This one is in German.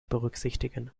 berücksichtigen